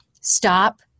stop